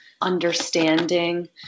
understanding